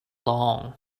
long